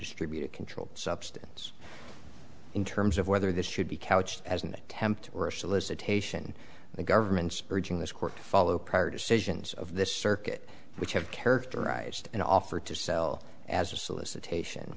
distribute a controlled substance in terms of whether this should be couched as an attempt or a solicitation the government's urging this court to follow prior decisions of this circuit which have characterized an offer to sell as a solicitation